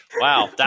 Wow